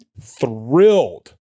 thrilled